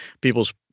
people's